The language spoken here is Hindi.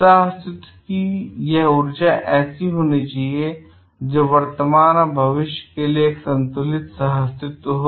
सह अस्तित्व यह ऊर्जा ऐसी होनी चाहिए जो वर्तमान और भविष्य के लिए एक संतुलित सह अस्तित्व हो